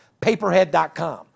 paperhead.com